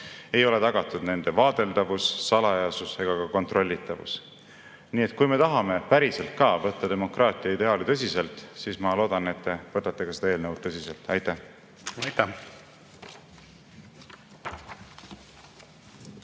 Ei ole tagatud nende vaadeldavus, salajasus ega ka kontrollitavus. Nii et kui me tahame päriselt ka võtta demokraatia ideaale tõsiselt, siis ma loodan, et te võtate seda eelnõu tõsiselt. Aitäh!